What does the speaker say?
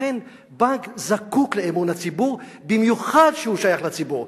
בנק זקוק לאמון הציבור, במיוחד כשהוא שייך לציבור.